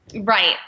right